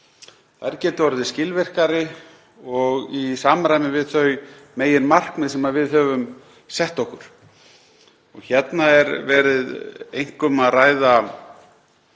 geti orðið skilvirkari og í samræmi við þau meginmarkmið sem við höfum sett okkur. Hérna er einkum verið